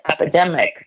epidemic